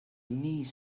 niece